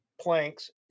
planks